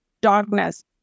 darkness